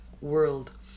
world